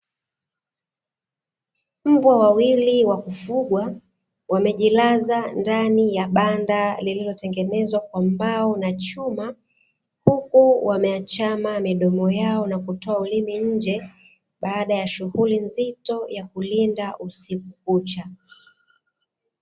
Mbwa wawili wakufugwa wamejilaza ndani ya banda lililotengenezwa kwa mbao na chuma, huku wameachama midomo yao na kutoa ulimi nje. Baada ya shughuli nzito ya kulinda usiku kucha.